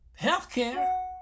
healthcare